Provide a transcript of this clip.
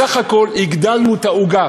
בסך הכול הגדלנו את העוגה.